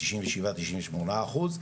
תשעים ושמונה אחוז,